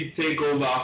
takeover